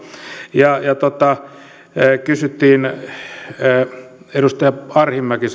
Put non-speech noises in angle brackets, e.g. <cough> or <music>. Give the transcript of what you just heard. ja edustaja arhinmäki <unintelligible>